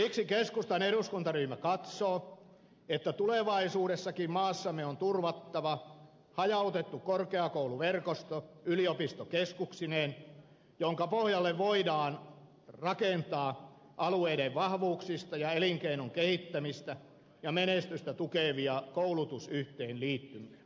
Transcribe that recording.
siksi keskustan eduskuntaryhmä katsoo että tulevaisuudessakin maassamme on turvattava hajautettu korkeakouluverkosto yliopistokeskuksineen jonka pohjalle voidaan rakentaa alueiden vahvuuksia ja elinkeinojen kehittämistä ja menestystä tukevia koulutusyhteenliittymiä